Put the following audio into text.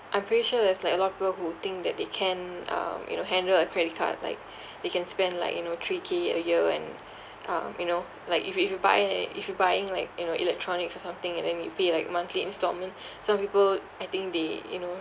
I'm pretty sure there's like a lot of people who think that they can um you know handle a credit card like they can spend like you know three K a year and um you know like if you if you buy and then if you buying like you know electronics or something and then you pay like monthly instalment some people I think they you know